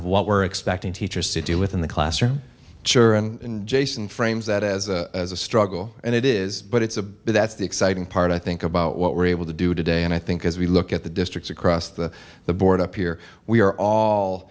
what we're expecting teachers to deal with in the classroom sure and jason frames that as a struggle and it is but it's a big that's the exciting part i think about what we're able to do today and i think as we look at the districts across the board up here we are all